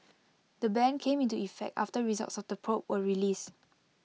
the ban came into effect after results of the probe were released